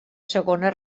segona